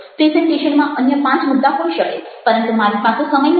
પ્રેઝન્ટેશનમાં અન્ય પાંચ મુદ્દા હોઈ શકે પરંતુ મારી પાસે સમય નથી